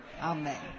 Amen